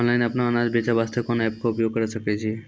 Online अपनो अनाज बेचे वास्ते कोंन एप्प के उपयोग करें सकय छियै?